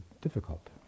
difficult